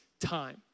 time